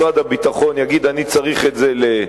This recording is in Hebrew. משרד הביטחון: אני צריך את זה לשטחי-אש,